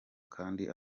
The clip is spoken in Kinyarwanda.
kandi